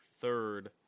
third